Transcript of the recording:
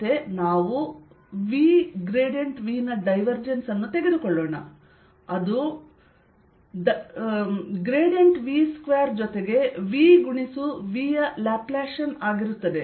ಮತ್ತೆ ನಾವು VV ನ ಡೈವರ್ಜೆನ್ಸ್ ಅನ್ನು ತೆಗೆದುಕೊಳ್ಳೋಣ ಅದು V2 ಜೊತೆಗೆ V ಗುಣಿಸು V ಯ ಲ್ಯಾಪ್ಲಾಸಿಯನ್ ಆಗಿರುತ್ತದೆ